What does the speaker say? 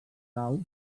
aus